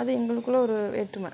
அது எங்களுக்குள்ளே ஒரு வேற்றுமை